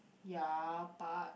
ya but